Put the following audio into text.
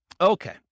Okay